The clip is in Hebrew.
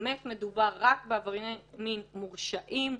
מדובר רק בעברייני מין מורשעים,